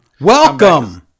Welcome